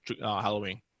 Halloween